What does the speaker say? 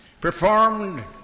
Performed